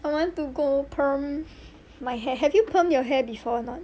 I want to go perm my hair have you permed your hair before or not